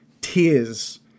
tears